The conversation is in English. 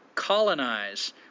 colonize